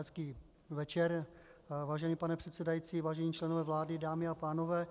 Hezký večer, vážený pane předsedající, vážení členové vlády, dámy a pánové.